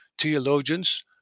theologians